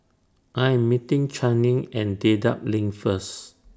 I Am meeting Channing At Dedap LINK First